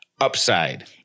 upside